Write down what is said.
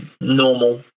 normal